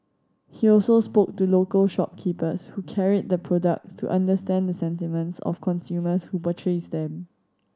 he also spoke to local shopkeepers who carried the products to understand the sentiments of consumers who purchased them